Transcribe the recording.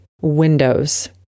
windows